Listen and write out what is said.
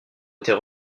était